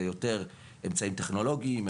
זה יותר אמצעים טכנולוגיים,